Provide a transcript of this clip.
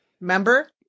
remember